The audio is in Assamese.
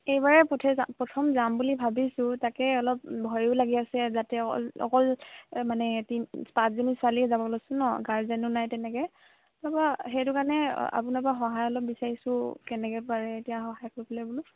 এইবাৰেই প্ৰথম যাম বুলি ভাবিছোঁ তাকে অলপ ভয়ো লাগি আছে যাতে অকল অকল মানে পাঁচজনী ছোৱালীয়ে যাব লৈছোঁ ন গাৰ্জেনো নাই তেনেকৈ তাৰপৰা সেইটো কাৰণে আপোনাৰপৰা সহায় অলপ বিচাৰিছোঁ কেনেকৈ পাৰে এতিয়া সহায় কৰিবলৈ বোলো